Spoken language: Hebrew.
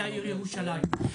ירושלים,